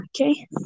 Okay